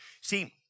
See